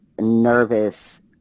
nervous